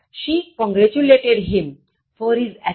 She congratulated him for his achievement